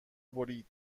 برید